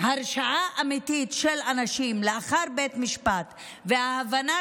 הרשעה אמיתית של אנשים לאחר בית משפט והבנה